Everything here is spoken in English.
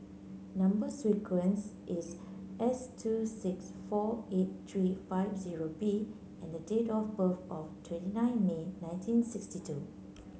number sequence is S two six four eight three five zero B and date of birth of twenty nine May nineteen sixty two